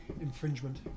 infringement